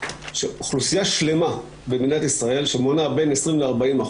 שאוכלוסייה שלמה במדינת ישראל שמונה בין 20% ל-40%,